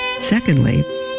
secondly